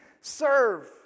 serve